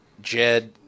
Jed